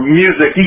music